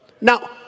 Now